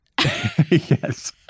Yes